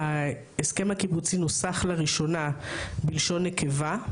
ההסכם הקיבוצי נוסח לראשונה בלשון נקבה.